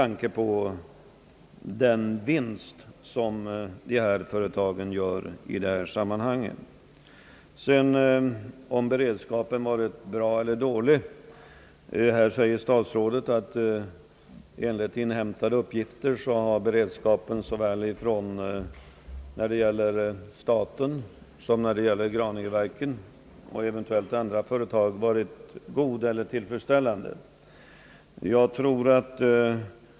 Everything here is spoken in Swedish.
Beträffande frågan om beredskapen varit bra eller dålig säger herr statsrådet, att beredskapen såväl när det gäller staten som Graningeverken och eventuellt andra företag varit tillfredsställande.